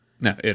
no